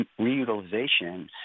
reutilization